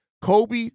Kobe